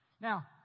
Now